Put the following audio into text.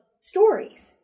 stories